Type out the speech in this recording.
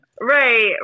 Right